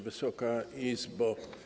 Wysoka Izbo!